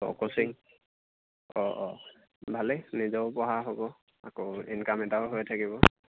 অঁ কচিং অঁ অঁ ভালেই নিজেও পঢ়া হ'ব আকৌ ইনকাম এটাও হৈ থাকিব